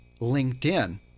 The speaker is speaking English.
LinkedIn